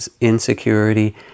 insecurity